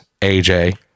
AJ